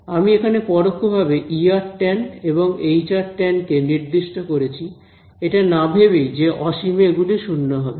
আমি এখানে পরোক্ষভাবে tan এবং tan কে নির্দিষ্ট করেছি এটা না ভেবেই যে অসীমে এগুলি শূন্য হবে